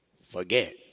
forget